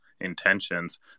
intentions